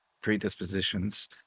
predispositions